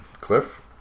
Cliff